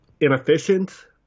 inefficient